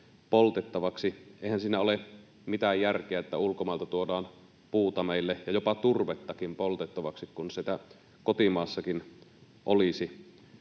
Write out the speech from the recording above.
Eihän siinä ole mitään järkeä, että ulkomailta tuodaan meille puuta ja jopa turvettakin poltettavaksi, kun sitä kotimaassakin olisi.